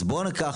אז בואו ניקח,